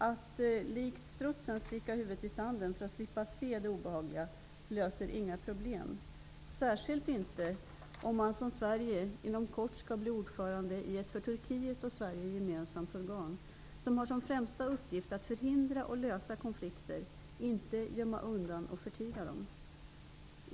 Att likt strutsen sticka huvudet i sanden för att slippa se det obehagliga löser inga problem, särskilt inte när man som Sverige inom kort skall bli ordförandeland i ett för Turkiet och Sverige gemensamt organ, vars främsta uppgift är att förhindra och lösa konflikter, inte att gömma undan och förtiga dem.